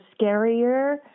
scarier